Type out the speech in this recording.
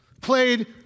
played